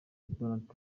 donald